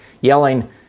yelling